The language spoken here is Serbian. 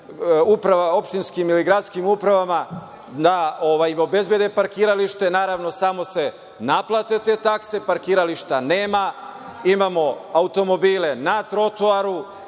opštinskim ili gradskim upravama da im obezbede parkiralište. Naravno, samo se naplate te takse, a parkirališta nema. Imamo automobile na trotoaru,